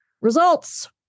results